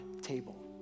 table